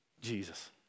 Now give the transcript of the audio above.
Jesus